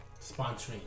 sponsoring